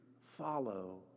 follow